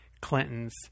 Clinton's